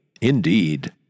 Indeed